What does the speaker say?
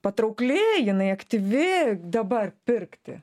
patraukli jinai aktyvi dabar pirkti